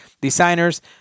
designers